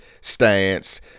stance